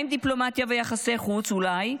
מה עם דיפלומטיה ויחסי חוץ, אולי?